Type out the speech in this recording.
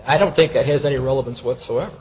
i don't think it has any relevance whatsoever